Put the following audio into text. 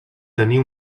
tenir